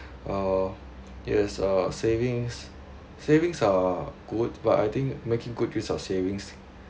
uh yes uh savings savings are good but I think making good use of savings